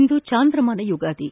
ಇಂದು ಚಾಂದ್ರಮಾನ ಯುಗಾದಿ